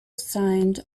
signed